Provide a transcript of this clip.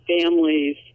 families